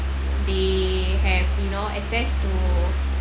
they have you know access to